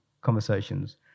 conversations